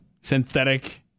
Synthetic